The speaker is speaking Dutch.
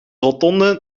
rotonde